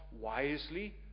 wisely